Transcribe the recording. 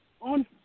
on